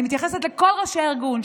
אני מתייחסת לכל ראשי הארגון,